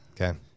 Okay